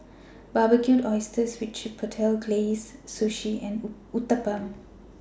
Barbecued Oysters with Chipotle Glaze Sushi and Uthapam